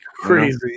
crazy